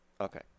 Okay